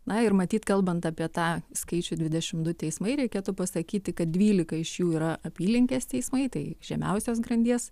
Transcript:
na ir matyt kalbant apie tą skaičių dvidešim du teismai reikėtų pasakyti kad dvylika iš jų yra apylinkės teismai tai žemiausios grandies